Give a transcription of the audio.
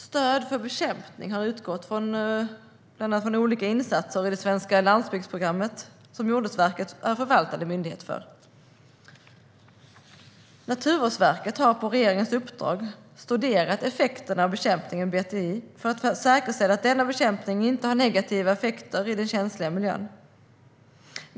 Stöd för bekämpning har utgått bland annat från olika insatser i det svenska landsbygdsprogrammet, som Jordbruksverket är förvaltande myndighet för. Naturvårdsverket har på regeringens uppdrag studerat effekterna av bekämpningen med BTI för att säkerställa att denna bekämpning inte har negativa effekter på den känsliga miljön.